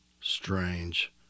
Strange